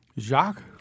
Jacques